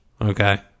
okay